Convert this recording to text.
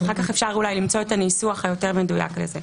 אחר כך אפשר למצוא את הניסוח היותר מדויק לזה.